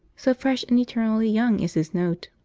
so fresh and eternally young is his note.